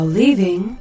leaving